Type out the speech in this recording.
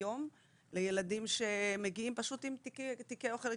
ביום לילדים שמגיעים פשוט עם תיקי אוכל ריקים,